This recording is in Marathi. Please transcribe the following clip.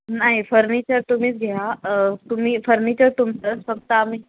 नाही फर्निचर तुम्हीच घ्या तुम्ही फर्निचर तुमचंच फक्त आम्ही